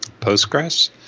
Postgres